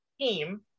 team